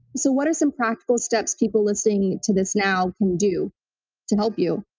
so what are some practical steps people listening to this now can do to help you?